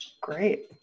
Great